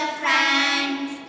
friends